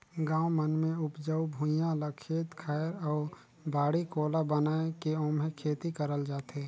गाँव मन मे उपजऊ भुइयां ल खेत खायर अउ बाड़ी कोला बनाये के ओम्हे खेती करल जाथे